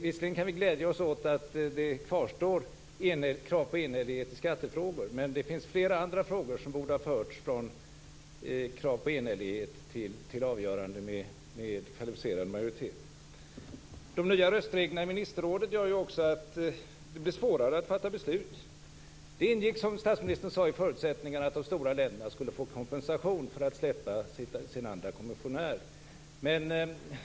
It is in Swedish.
Visserligen kan vi glädja oss åt att det kvarstår ett krav på enhällighet i skattefrågor, men flera andra frågor borde ha förts från krav på enhällighet till avgörande med kvalificerad majoritet. De nya röstreglerna i ministerrådet gör också att det blir svårare att fatta beslut. Det ingick, som statsministern sade, i förutsättningarna att de stora länderna skulle få kompensation för att släppa sin andra kommissionär.